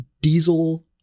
diesel